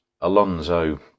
Alonso